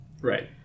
Right